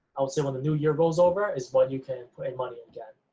i'll assume when the new year rolls over is when you can put in money again.